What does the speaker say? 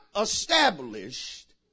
established